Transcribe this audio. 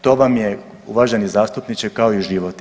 To vam je uvaženi zastupniče kao i život.